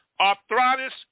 Arthritis